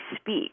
speak